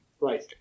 Right